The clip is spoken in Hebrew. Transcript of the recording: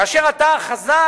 כאשר אתה חזק,